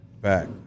Back